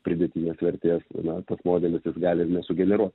pridėtinės vertės na tas modelis gali ir nesugeneruot